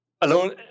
alone